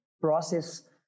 process